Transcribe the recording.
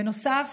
בנוסף,